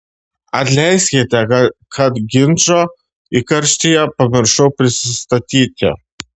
atleiskite kad ginčo įkarštyje pamiršau prisistatyti